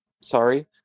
Sorry